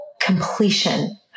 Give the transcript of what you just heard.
completion